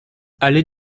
allée